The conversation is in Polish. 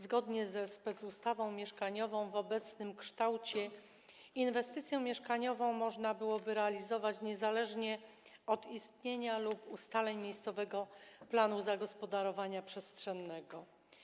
Zgodnie ze specustawą mieszkaniową w obecnym kształcie inwestycję mieszkaniową można byłoby realizować niezależnie od istnienia lub ustaleń miejscowego planu zagospodarowania przestrzennego.